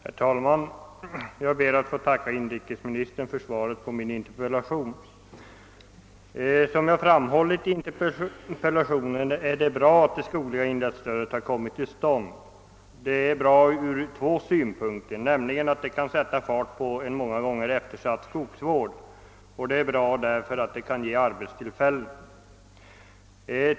Herr talman! Jag ber att få tacka inrikesministern för svaret på min interpellation. Som jag framhållit i interpellationen är det bra att det skogliga inlandsstödet har kommit till stånd. Det är bra ur två synpunkter; det kan sätta fart på en många gånger eftersatt skogsvård och det kan ge arbetstillfällen.